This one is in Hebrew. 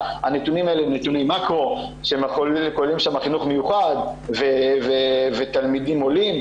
הנתונים האלה הם נתוני מקרו שכוללים חינוך מיוחד ותלמידים עולים,